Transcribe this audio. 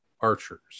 archers